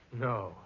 No